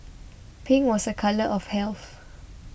pink was a colour of health